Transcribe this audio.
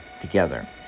Together